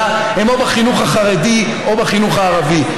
הם או בחינוך החרדי או בחינוך הערבי.